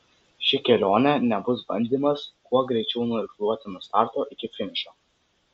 ši kelionė nebus bandymas kuo greičiau nuirkluoti nuo starto iki finišo